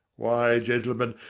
why, gentlemen,